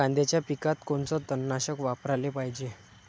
कांद्याच्या पिकात कोनचं तननाशक वापराले पायजे?